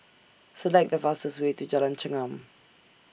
Select The fastest Way to Jalan Chengam